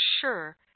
sure